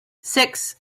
six